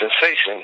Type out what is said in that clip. sensation